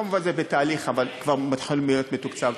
כמובן, זה בתהליך, אבל כבר מתחיל להיות מתוקצב.